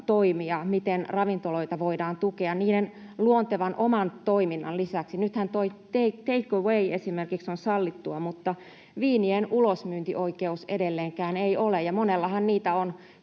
miten ravintoloita voidaan tukea niiden luontevan oman toiminnan lisäksi. Nythän esimerkiksi take away on sallittu mutta viinien ulosmyyntioikeus edelleenkään ei ole, ja monellahan niitä on